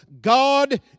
god